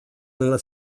nella